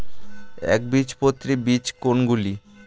একবীজপত্রী বীজ কোন গুলি?